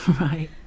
right